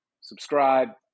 subscribe